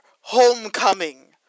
Homecoming